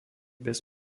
bez